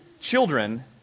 children